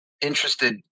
interested